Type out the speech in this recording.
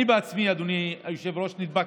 אני בעצמי, אדוני היושב-ראש, נדבקתי.